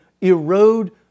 erode